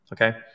okay